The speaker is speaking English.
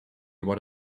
what